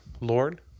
lord